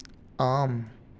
आम्